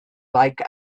like